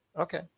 Okay